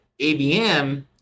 ABM